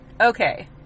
Okay